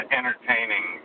entertaining